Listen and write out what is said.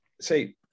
say